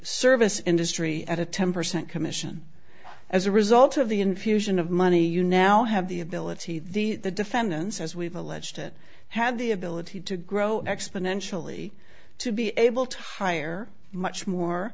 service industry at a ten percent commission as a result of the infusion of money you now have the ability the defendants as we've alleged it had the ability to grow exponentially to be able to hire much more